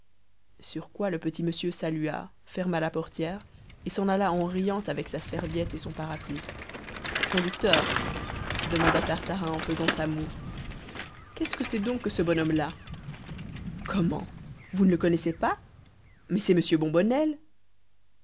sur quoi le petit monsieur salua ferma la portière et s'en alla en riant avec sa serviette et son parapluie conducteur demanda tartarin en faisant sa moue qu'est-ce que c'est donc que ce bonhomme-là comment vous ne le connaissez pas mais c'est monsieur bombonnel